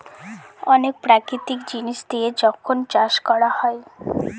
অনেক প্রাকৃতিক জিনিস দিয়ে যখন চাষ করা হয়